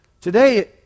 today